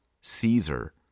Caesar